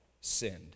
sinned